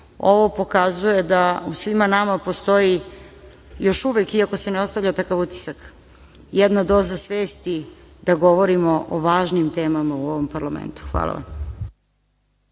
Ovo pokazuje da u svima nama postoji još uvek, iako se ne ostavlja takav utisak, jedna doza svesti da govorimo o važnim temama u ovom parlamentu. Hvala vam. Ovo